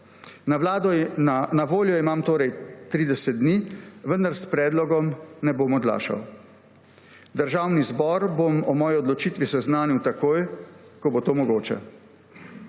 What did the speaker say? Na voljo imam torej 30 dni, vendar s predlogom ne bom odlašal. Državni zbor bom o svoji odločitvi seznanil takoj, ko bo to mogoče.